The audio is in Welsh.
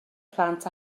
plant